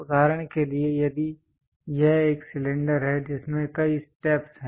उदाहरण के लिए यदि यह एक सिलेंडर है जिसमें कई स्टेप्स हैं